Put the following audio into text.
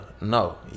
no